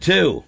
Two